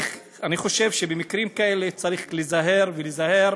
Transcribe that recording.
אני חושב שבמקרים כאלה צריכים להיזהר, ולהיזהר